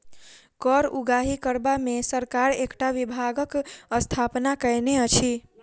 कर उगाही करबा मे सरकार एकटा विभागक स्थापना कएने अछि